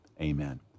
amen